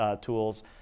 tools